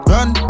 Run